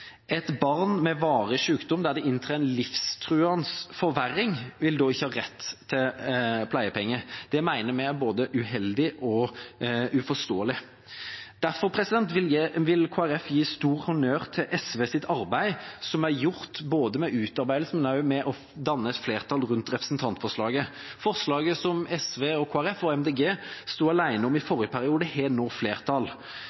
Et barn med varig sykdom der det inntrer en livstruende forverring, vil da ikke ha rett til pleiepenger. Det mener vi er både uheldig og uforståelig. Derfor vil Kristelig Folkeparti gi stor honnør til SV for deres arbeid både med utarbeidelsen og med å danne et flertall rundt representantforslaget. Forslaget som SV, Kristelig Folkeparti og Miljøpartiet De Grønne sto alene om i